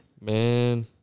Man